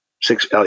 Six